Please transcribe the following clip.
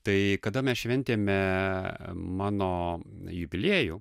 tai kada mes šventėme mano jubiliejų